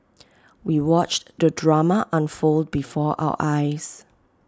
we watched the drama unfold before our eyes